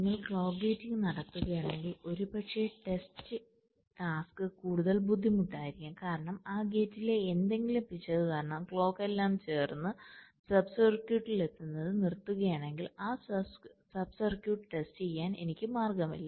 നിങ്ങൾ clock gating നടത്തുകയാണെങ്കിൽ ഒരുപക്ഷേ ടെസ്റ്റിംഗ് ടാസ്ക് കൂടുതൽ ബുദ്ധിമുട്ടായിരിക്കും കാരണം ആ ഗേറ്റിലെ എന്തെങ്കിലും പിശക് കാരണം ക്ലോക്ക് എല്ലാം ചേർന്ന് സബ് സർക്യൂട്ടിൽ എത്തുന്നത് നിർത്തുകയാണെങ്കിൽ ആ സബ് സർക്യൂട്ട് ടെസ്റ്റ് ചെയ്യാൻ എനിക്ക് മാർഗമില്ല